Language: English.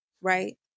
Right